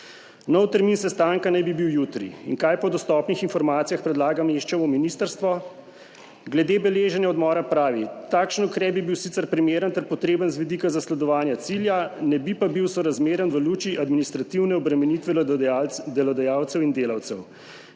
Nov termin sestanka naj bi bil jutri. In kaj po dostopnih informacijah predlaga Meščevo ministrstvo? Glede beleženja odmora pravi: »Takšen ukrep bi bil sicer primeren ter potreben z vidika zasledovanja cilja, ne bi pa bil sorazmeren v luči administrativne obremenitve delodajalcev in delavcev.«